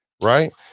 right